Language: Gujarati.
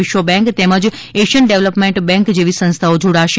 વિશ્વ બેન્ક તેમજ એશિયન ડેવલપમન્ટ બેન્ક જેવી સંસ્થાઓ જોડાશે